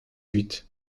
huit